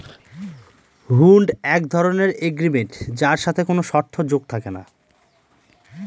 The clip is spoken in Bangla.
হুন্ড এক ধরনের এগ্রিমেন্ট যার সাথে কোনো শর্ত যোগ থাকে না